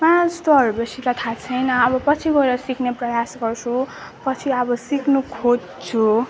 कहाँ त्यस्तोहरू बेसी त थाहा छैन अब पछि गएर सिक्ने प्रयास गर्छु पछि अब सिक्नु खोज्छु